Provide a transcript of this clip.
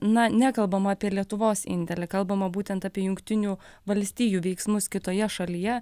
na nekalbama apie lietuvos indėlį kalbama būtent apie jungtinių valstijų veiksmus kitoje šalyje